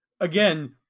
again